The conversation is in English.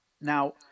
Now